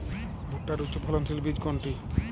ভূট্টার উচ্চফলনশীল বীজ কোনটি?